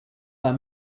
war